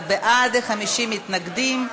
41 בעד, 50 מתנגדים.